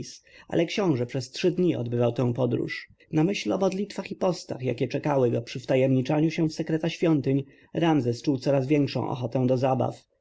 książę przez trzy dni odbywał tę podróż na myśl o modlitwach i postach jakie czekały go przy wtajemniczaniu się w sekreta świątyń ramzes czuł coraz większą ochotę do zabaw